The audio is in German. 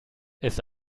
ist